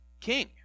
king